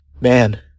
Man